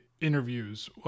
interviews